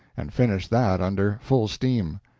and finished that under full steam.